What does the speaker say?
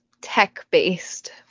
tech-based